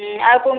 ଆଉ